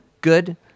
good